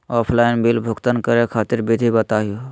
Offline bill भुगतान करे खातिर विधि बताही हो?